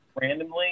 Randomly